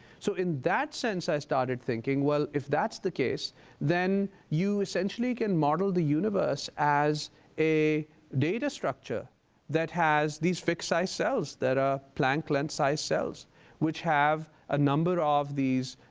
so in that sense i started thinking, well, if that's the case then you essentially can model the universe as a data structure that has these fixed size cells that are planck-length size cells which have a number of these